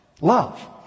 Love